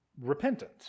repentant